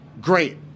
Great